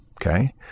Okay